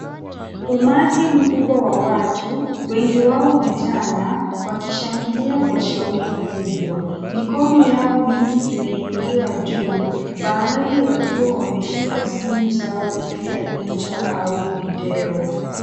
Umati mkubwa wa watu, wengi wao vijana wakishangilia kwa shauku kubwa. Mikono yao mingi imeinuliwa juu. Baadhi wakiwa wameshika simu zao kupiga picha au video.